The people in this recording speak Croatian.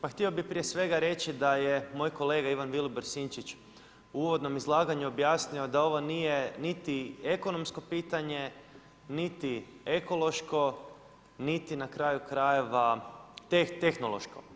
Pa htio bih prije svega reći da je moj kolega Ivan Vilibor Sinčić u uvodnom izlaganju objasnio da ovo nije niti ekonomsko pitanje, niti ekološko, niti na kraju krajeva tehnološko.